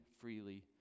freely